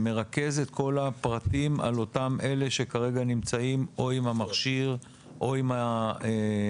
שמרכז את כל הפרטים על אותם אלה שכרגע נמצאים או עם המכשיר או עם האזיק